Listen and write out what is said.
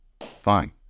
fine